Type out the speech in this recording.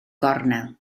gornel